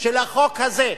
של החוק הזה.